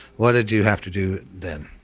what did you have to do then?